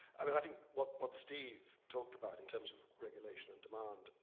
i mean, i think what but steve talked about, in terms of regulation and demand,